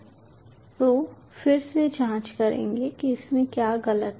तो फिर से जांच करेंगे कि इसमें क्या गलत है